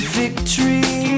victory